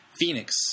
Phoenix